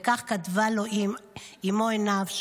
וכך כתבה לו אימו עינב,